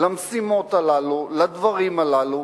למשימות האלה, לדברים הללו.